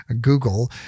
Google